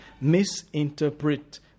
misinterpret